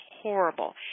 horrible